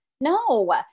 no